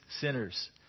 sinners